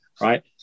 right